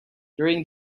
during